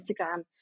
instagram